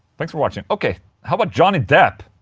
thanks for watching. ok how about johnny depp?